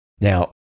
Now